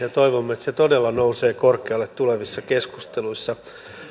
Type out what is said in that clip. ja toivomme että se todella nousee korkealle tulevissa keskusteluissa